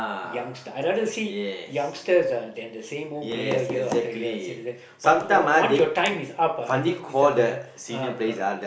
youngster I rather see youngsters ah than the same old player year after year seriously when once your time is up ah I think is not gonna uh correct